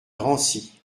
drancy